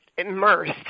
immersed